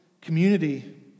community